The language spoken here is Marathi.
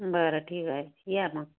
बरं ठीक आहे या मग